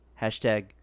Hashtag